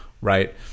right